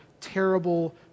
terrible